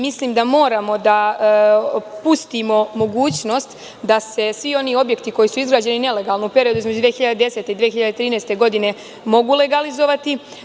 Mislim da moramo da pustimo mogućnost da se svi oni objekti koji su izgrađeni nelegalno u periodu između 2010. i 2013. godine mogu legalizovati.